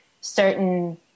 certain